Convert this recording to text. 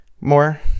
more